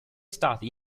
state